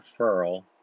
referral